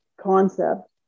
concept